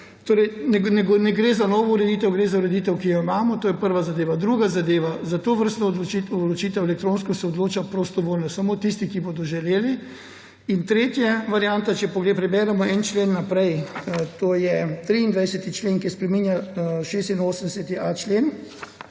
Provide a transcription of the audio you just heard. Torej ne gre za novo ureditev, gre za ureditev, ki jo imamo. To je prva zadeva. Druga zadeva. Za tovrstno elektronsko vročitev se odločajo prostovoljno samo tisti, ki bodo želeli. In tretja varianta, če preberemo en člen naprej, to je 23. člen, ki spreminja 86.a člen,